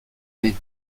nés